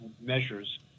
measures